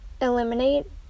eliminate